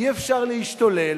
אי-אפשר להשתולל.